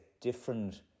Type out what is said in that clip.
different